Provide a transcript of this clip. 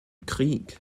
krieg